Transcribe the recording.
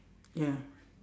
ya